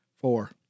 Four